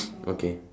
okay